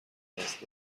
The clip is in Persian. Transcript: دست